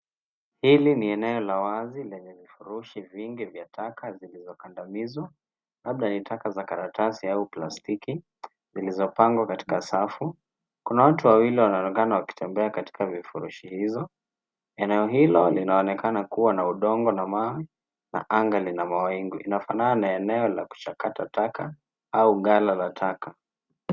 Hili ni eneo la wazi lenye vifurushi vingi vya taka vilivyokadamizwa. Labda ni taka za karatasi au plastiki zilizopangwa katika safu. Kuna watu wawili wanaonekana wakitembea katika vifurushi hizo. Eneo hilo linaonekana kuwa na udongo na mawe na anga lina mawingu. Linafanana na eneo la kushakata taka au ghala la taka.